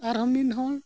ᱟᱨ ᱦᱚᱸ ᱢᱤᱫ ᱦᱚᱲ